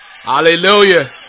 hallelujah